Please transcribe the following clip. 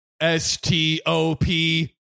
S-T-O-P